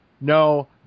No